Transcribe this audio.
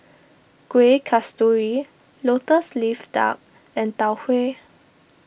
Kueh Kasturi Lotus Leaf Duck and Tau Huay